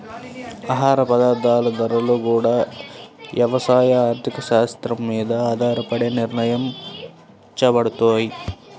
ఆహార పదార్థాల ధరలు గూడా యవసాయ ఆర్థిక శాత్రం మీద ఆధారపడే నిర్ణయించబడతయ్